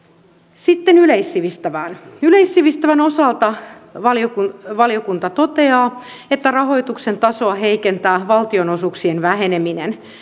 sitten yleissivistävään yleissivistävän osalta valiokunta valiokunta toteaa että rahoituksen tasoa heikentää valtionosuuksien väheneminen